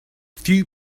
few